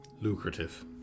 Lucrative